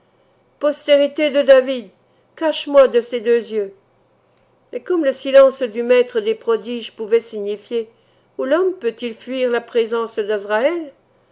postérité de david cache moi de ses deux yeux et comme le silence du maître des prodiges pouvait signifier où l'homme peut-il fuir la présence d'azraël